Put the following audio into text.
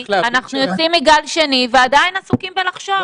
ואנחנו יוצאים מגל שני ועדיין עסוקים בלחשוב.